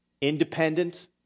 Independent